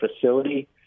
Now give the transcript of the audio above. facility